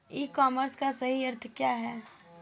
ई commerce का सही अर्थ क्या है?